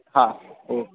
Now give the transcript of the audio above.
હાં ઓકે